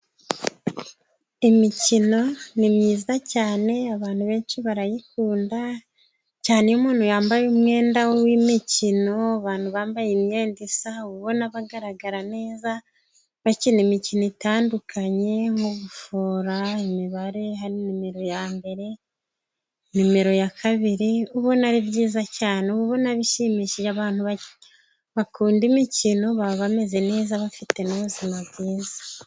Imikino ni myiza cyane abantu benshi barayikunda, cyane iyo umuntu yambaye umwenda w'imikino abantu bambaye imyenda isa ubona bagaragara neza, bakina imikino itandukanye mugufora imibare, hari nimero ya mbere nimero ya kabiri ubona ari byiza cyane, ubona bishimishije. Abantu bakunda imikino baba bameze neza bafite n'ubuzima bwiza.